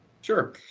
Sure